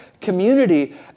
community